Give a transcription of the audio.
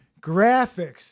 graphics